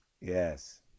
Yes